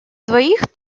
двоих